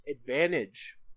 advantage